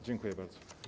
Dziękuję bardzo.